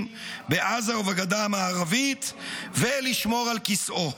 בעזה ובגדה המערבית ולשמור על כיסאו.